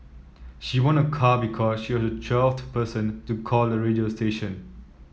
she won a car because she was the twelfth person to call the radio station